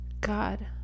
God